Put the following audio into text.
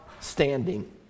standing